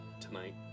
tonight